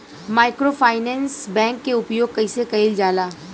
Microfinance bank के उपयोग कइसे कइल जाला?